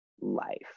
life